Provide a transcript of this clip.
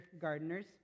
gardeners